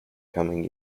coming